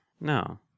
No